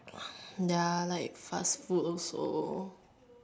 ya like fast food also